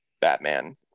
Batman